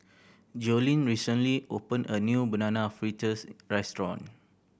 Jolene recently opened a new Banana Fritters restaurant